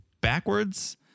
backwards